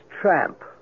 tramp